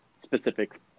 specific